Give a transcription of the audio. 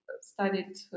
studied